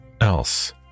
Else